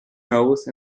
nose